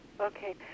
Okay